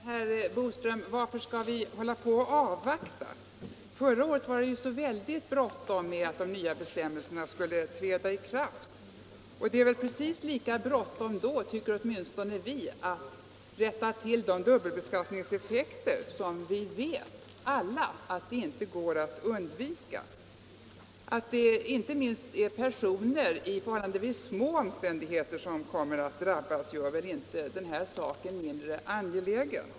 Herr talman! Varför skall vi hålla på och avvakta, herr Boström? Förra året var det ju så väldigt bråttom med att de nya bestämmelserna skulle träda i kraft. Det är väl precis lika bråttom, tycker åtminstone vi, att rätta till de dubbelbeskattningseffekter som — det vet vi alla — inte går att undvika. Att det inte minst är personer i förhållandevis små omständigheter som kommer att drabbas gör väl inte den här saken mindre angelägen.